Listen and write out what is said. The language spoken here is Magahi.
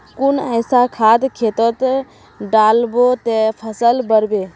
कुन ऐसा खाद खेतोत डालबो ते फसल बढ़बे?